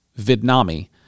Vidnami